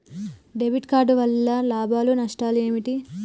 Debit card వల్ల లాభాలు నష్టాలు ఏమిటి?